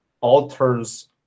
alters